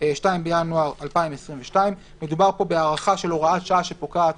(2 בינואר 2022)"; מדובר כאן על הארכה של הוראת שעה שפוקעת